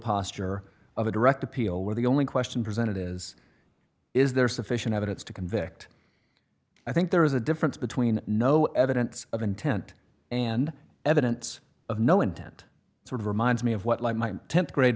posture of a direct appeal where the only question presented is is there sufficient evidence to convict i think there is a difference between no evidence of intent and evidence of no intent sort of reminds me of what like my th grade